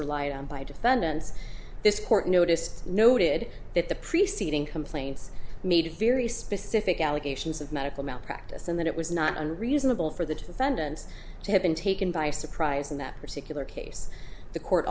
relied on by defendants this court noticed noted that the preceding complaints made very specific allegations of medical malpractise and that it was not unreasonable for the defendants to have been taken by surprise in that particular case the court